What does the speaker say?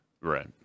Right